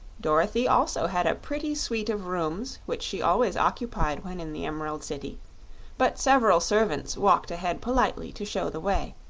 dorothy also had a pretty suite of rooms which she always occupied when in the emerald city but several servants walked ahead politely to show the way,